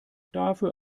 dafür